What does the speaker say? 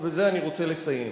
ובזה אני רוצה לסיים,